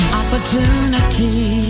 opportunity